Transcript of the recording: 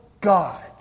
God